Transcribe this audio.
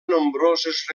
nombroses